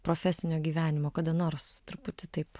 profesinio gyvenimo kada nors truputį taip